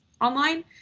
online